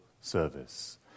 service